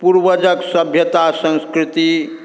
पूर्वजक सभ्यता संस्कृति